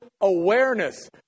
awareness